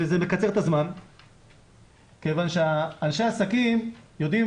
זה מקצר את הזמן כיוון שאנשי עסקים יודעים